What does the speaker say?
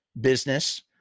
business